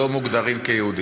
שלא מוגדרים יהודים.